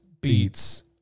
beats